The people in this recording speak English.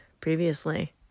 previously